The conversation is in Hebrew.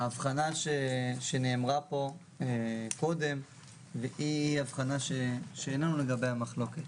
ההבחנה שנאמרה פה קודם היא הבחנה שאין לנו לגביה מחלוקת,